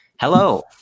Hello